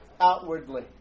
Outwardly